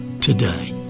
today